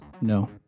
No